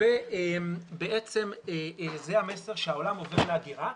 זה המסר שהעולם עובר לאגירה.